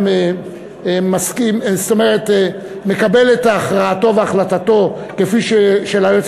אני מקבל את הכרעתו והחלטתו של היועץ